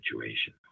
situation